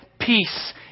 peace